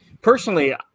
personally